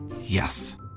Yes